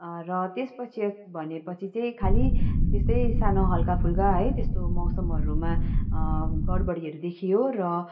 र त्यसपछि भनेपछि चाहिँ खाली त्यस्तै सानो हलका फुलका है त्यस्तो मौसमहरूमा गडबडीहरू देखियो र